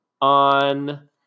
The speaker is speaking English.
on